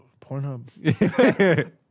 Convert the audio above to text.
Pornhub